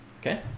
Okay